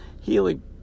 healing